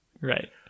right